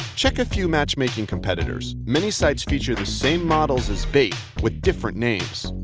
check a few matchmaking competitors. many sites feature the same models as bait, with different names.